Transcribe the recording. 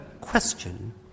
question